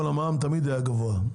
המע"מ תמיד היה גבוה.